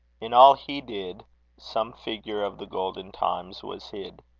in all he did some figure of the golden times was hid.